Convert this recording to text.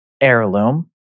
heirloom